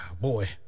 boy